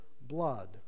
blood